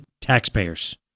taxpayers